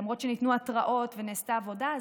למרות שניתנו התראות ונעשתה עבודה,